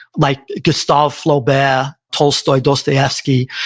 like gustave flaubert, tolstoy, dostoevsky,